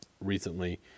recently